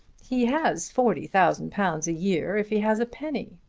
he has forty thousand pounds a year, if he has a penny.